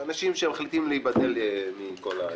אנשים שמחליטים להיבדל מכל הסיפור.